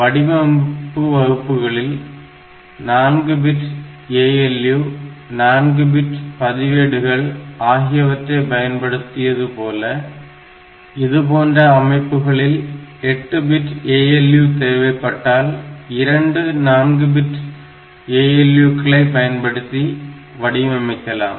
வடிவமைப்பு வகுப்புகளில் 4 bit ALU 4 bit பதிவேடுகள் ஆகியவற்றை பயன்படுத்தியது போல இதுபோன்ற அமைப்புகளில் 8 பிட் ALU தேவைப்பட்டால் இரண்டு 4 பிட் ALU களை பயன்படுத்தி வடிவமைக்கலாம்